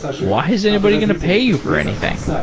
why is anybody going to pay you for anything?